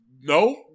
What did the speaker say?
No